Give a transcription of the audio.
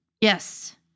Yes